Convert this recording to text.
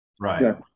Right